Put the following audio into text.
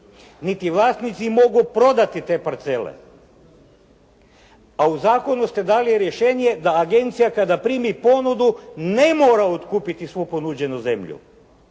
Niti vlasnici mogu prodati te parcele. Pa u zakonu ste dali rješenje da agencija kada primi ponudu ne mora otkupiti svu ponuđenu zemlju,